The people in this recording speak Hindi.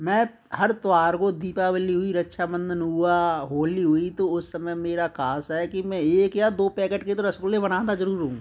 मैं हर त्योहारों को दीपावली हुई रक्षाबंधन हुआ होली हुई तो उस समय मेरा खास है कि मे एक या दो पैकेट के तो रसगुल्ले बनाता जरूर हूँ